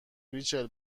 ریچل